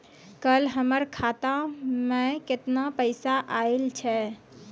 कल हमर खाता मैं केतना पैसा आइल छै?